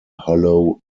hollow